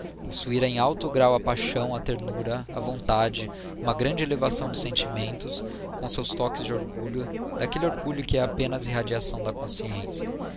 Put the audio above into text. possuíra em alto grau a paixão a ternura a vontade uma grande elevação de sentimentos com seus toques de orgulho daquele orgulho que é apenas irradiação da consciência